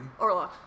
Orlock